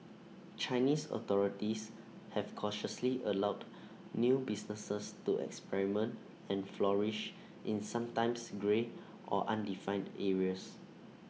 Chinese authorities have cautiously allowed new businesses to experiment and flourish in sometimes grey or undefined areas